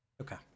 okay